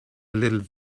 little